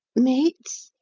mates?